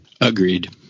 Agreed